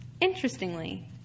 Interestingly